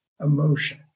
emotion